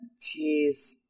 jeez